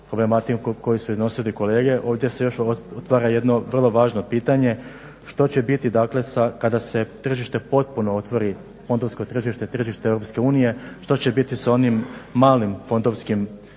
problematikom koji su iznosili kolege. Ovdje se još otvara jedno vrlo važno pitanje što će biti kada se tržište popuno otvori, fondovsko tržište, tržište EU što će biti sa onim malim fondovima